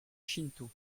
shinto